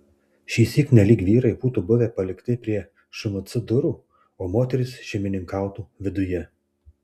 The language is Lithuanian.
šįsyk nelyg vyrai būtų buvę palikti prie šmc durų o moterys šeimininkautų viduje